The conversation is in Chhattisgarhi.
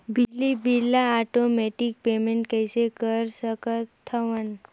बिजली बिल ल आटोमेटिक पेमेंट कइसे कर सकथव?